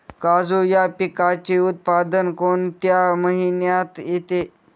काजू या पिकाचे उत्पादन कोणत्या महिन्यात येते?